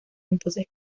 entonces